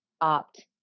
opt